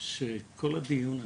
שכל הדיון הזה,